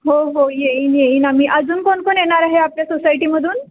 हो हो येईन येईन आम्ही अजून कोण कोण येणार आहे आपल्या सोसायटीमधून